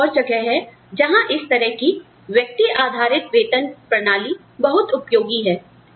तोयह एक और जगह हैजहां इस तरह की व्यक्ति आधारित वेतन प्रणाली बहुत उपयोगी है